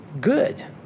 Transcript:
good